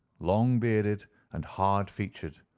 long-bearded and hard-featured,